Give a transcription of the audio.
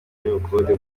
y’ubukode